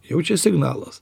jau čia signalas